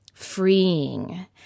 freeing